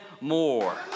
more